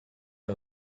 and